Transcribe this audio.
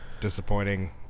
disappointing